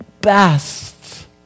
best